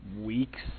weeks